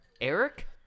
Eric